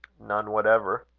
none whatever.